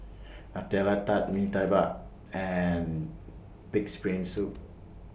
Nutella Tart Mee Tai Mak and Pig'S Brain Soup